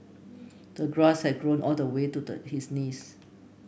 the grass had grown all the way to the his knees